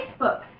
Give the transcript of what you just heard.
Facebook